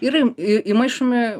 ir į į įmaišomi